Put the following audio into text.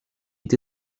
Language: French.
est